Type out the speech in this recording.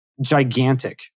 gigantic